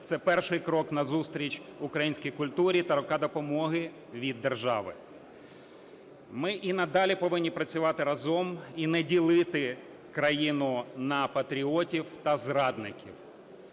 це перший крок назустріч українській культурі та рука допомоги від держави. Ми і надалі повинні працювати разом і не ділити країну на патріотів та зрадників.